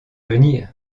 venir